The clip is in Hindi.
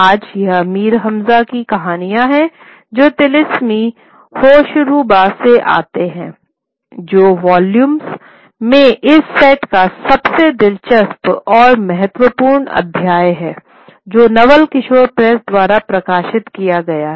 आज यह अमीर हमज़ा की कहानियाँ है जो तिलिस्मी होशरूबा से आते हैं जो वॉल्यूम के इस सेट का सबसे दिलचस्प और महत्वपूर्ण अध्याय हैं जो नवल किशोर प्रेस द्वारा प्रकाशित किया गया है